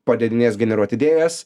padėdinės generuot idėjas